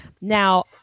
Now